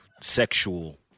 sexual